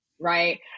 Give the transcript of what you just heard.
right